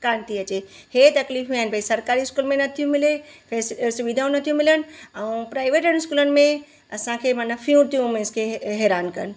कोन थी अचे हे तकलीफ़ूं आहिनि भई सरकारी स्कूल में नथियूं मिले त सुविधाऊं नथियूं मिलनि ऐं प्राइवेटनि स्कूलनि में असांखे माना फ़ीयूं थी मींस खे हैरान कनि